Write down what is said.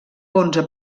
onze